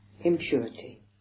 impurity